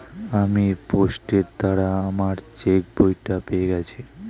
আমি পোস্টের দ্বারা আমার চেকবইটা পেয়ে গেছি